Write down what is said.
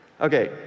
Okay